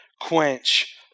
quench